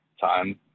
time